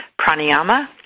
pranayama